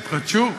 תתחדשו,